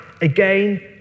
again